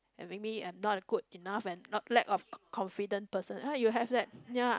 and make me I'm not good enough and not lack of co~ confidence person ah you have that ya